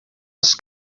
els